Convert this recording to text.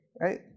right